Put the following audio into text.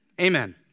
Amen